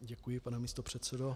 Děkuji, pane místopředsedo.